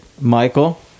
Michael